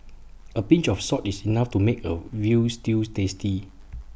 A pinch of salt is enough to make A Veal Stew tasty